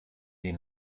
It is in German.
die